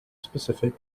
specific